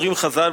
אומרים חז"ל,